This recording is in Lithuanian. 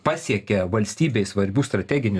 pasiekė valstybei svarbių strateginių